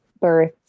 birth